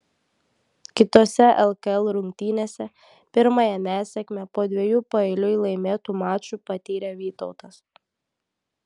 kitose lkl rungtynėse pirmąją nesėkmę po dviejų paeiliui laimėtų mačų patyrė vytautas